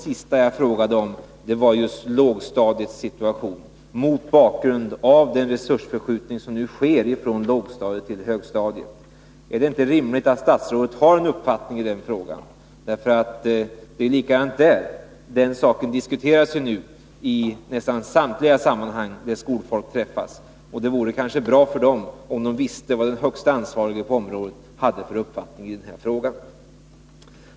Min fjärde fråga gällde lågstadiets situation mot bakgrund av den resursförskjutning som nu sker från lågstadiet till högstadiet. Är det inte rimligt att begära att statsrådet har en uppfattning i den frågan? Även den frågan diskuteras ju i nästan alla sammanhang där skolfolk träffas. Det vore kanske bra för dem att få veta vad den högsta ansvariga har för uppfattning i frågan.